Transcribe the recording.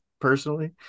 personally